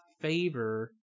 favor